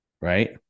right